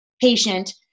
patient